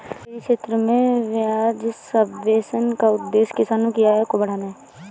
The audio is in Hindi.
डेयरी क्षेत्र में ब्याज सब्वेंशन का उद्देश्य किसानों की आय को बढ़ाना है